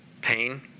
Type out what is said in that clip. pain